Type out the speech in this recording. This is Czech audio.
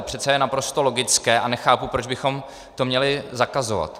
To přece je naprosto logické a nechápu, proč bychom to měli zakazovat.